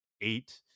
eight